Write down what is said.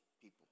people